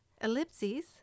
Ellipses